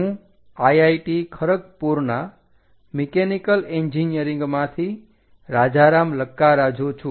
હું IIT ખરગપુરના mechanical એન્જીનિયરીંગમાંથી રાજારામ લક્કારાજુ છું